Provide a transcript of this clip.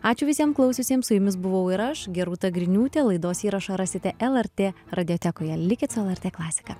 ačiū visiem klausiusiem su jumis buvau ir aš gerūta griniūtė laidos įrašą rasite lrt radiotekoje likit su lrt klasika